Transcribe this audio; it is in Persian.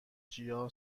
جیا